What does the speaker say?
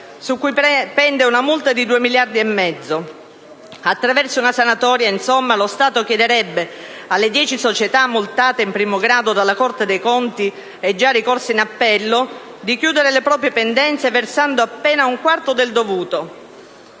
su cui pende una multa di 2,5 miliardi. Insomma, attraverso una sanatoria lo Stato chiederebbe alle dieci società multate in primo grado dalla Corte dei conti, che già hanno presentato ricorso in appello, di chiudere le proprie pendenze versando appena un quarto del dovuto.